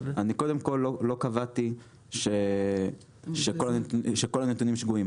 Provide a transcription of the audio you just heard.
אני קודם כל לא קבעתי שכל הנתונים שגויים,